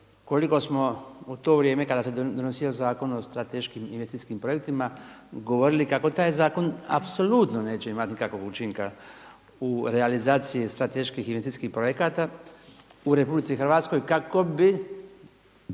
koliko smo u to vrijeme kada se donosio Zakon o strateškim investicijskim projektima govorili kako taj zakon apsolutno neće imati nikakvog učinka u realizaciji strateških investicijskih projekata u RH kako bi